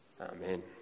Amen